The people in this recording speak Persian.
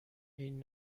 این